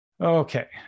Okay